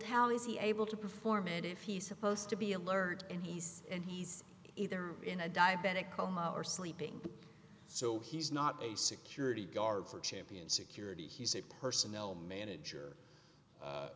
how is he able to perform and if he's supposed to be alert and he's and he's either in a diabetic coma or sleeping so he's not a security guard for champion security he's a personnel manager